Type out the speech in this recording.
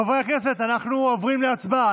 חברי הכנסת, אנחנו עוברים להצבעה.